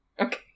Okay